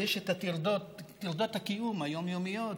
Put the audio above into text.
יש טרדות קיום יומיומיות,